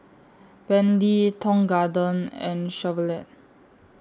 Bentley Tong Garden and Chevrolet